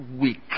weak